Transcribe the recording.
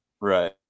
Right